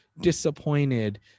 disappointed